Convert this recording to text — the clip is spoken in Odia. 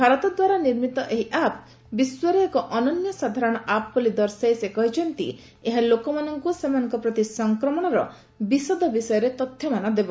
ଭାରତ ଦ୍ୱାରା ନିର୍ମିତ ଏହି ଆପ୍ ବିଶ୍ୱରେ ଏକ ଅନନ୍ୟ ସାଧାରଣ ଆପ୍ ବୋଲି ଦର୍ଶାଇ ସେ କହିଛନ୍ତି ଏହା ଲୋକମାନଙ୍କୁ ସେମାନଙ୍କ ପ୍ରତି ସଂକ୍ରମଣର ବିଶଦ ବିଷୟରେ ତଥ୍ୟମାନ ଦେବ